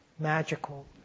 magical